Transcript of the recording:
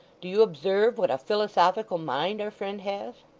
do you observe what a philosophical mind our friend has